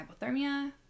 hypothermia